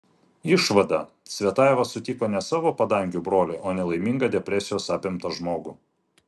išvada cvetajeva sutiko ne savo padangių brolį o nelaimingą depresijos apimtą žmogų